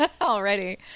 already